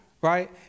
right